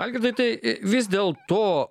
algirdai tai vis dėl to